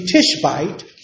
Tishbite